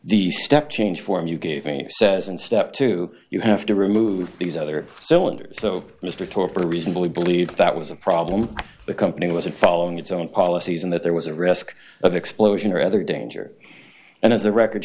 the step change form you gave me says in step two you have to remove these other so and so mr torpor reasonably believe that was a problem the company wasn't following its own policies and that there was a risk of explosion or other danger and as the record